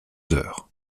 heures